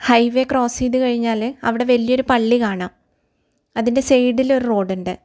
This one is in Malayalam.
ഹൈവേ ക്രോസ് ചെയ്ത് കഴിഞ്ഞാൽ അവിടെ വലിയൊരു പള്ളി കാണാം അതിൻ്റെ സൈഡിലൊരു റോഡൊണ്ട്